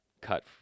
cut